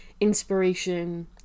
inspiration